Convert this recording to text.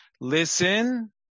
Listen